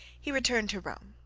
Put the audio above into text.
he returned to rome.